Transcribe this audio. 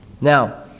now